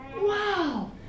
wow